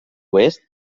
oest